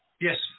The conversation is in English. yes